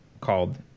called